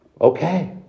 okay